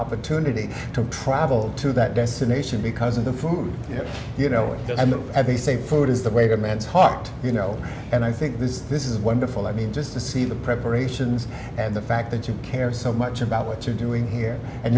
opportunity to travel to that destination because of the food here you know that i'm not at the same food is the way to a man's heart you know and i think this is this is wonderful i mean just to see the preparations and the fact that you care so much about what you're doing here and